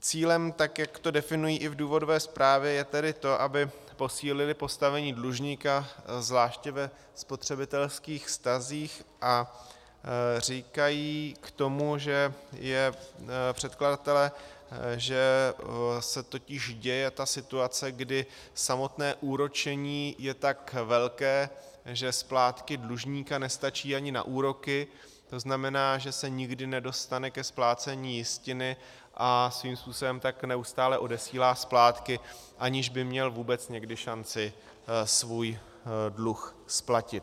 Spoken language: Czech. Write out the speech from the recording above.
Cílem, tak jak to definují i v důvodové zprávě, je tedy to, aby posílili postavení dlužníka, zvláště ve spotřebitelských vztazích, a říkají k tomu předkladatelé, že se totiž děje ta situace, kdy samotné úročení je tak velké, že splátky dlužníka nestačí ani na úroky, to znamená, že se nikdy nedostane ke splácení jistiny, a svým způsobem tak neustále odesílá splátky, aniž by měl vůbec někdy šanci svůj dluh splatit.